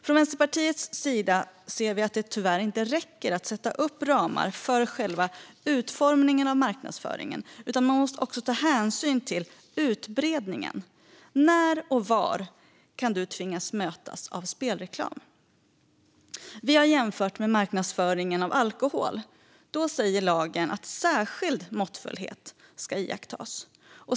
Vi i Vänsterpartiet ser att det tyvärr inte räcker att sätta upp ramar för själva utformningen av marknadsföringen, utan hänsyn måste även tas till utbredningen - när och var man kan tvingas mötas av spelreklam. Vi har jämfört med marknadsföring av alkohol, där lagen säger att särskild måttfullhet ska iakttas.